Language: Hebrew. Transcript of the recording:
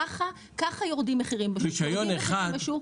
ככה יורדים מחירים בשוק.